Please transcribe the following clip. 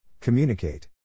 Communicate